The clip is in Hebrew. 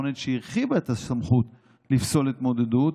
שהרחיבה את הסמכות לפסול התמודדות,